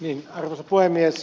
arvoisa puhemies